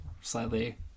Slightly